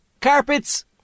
carpets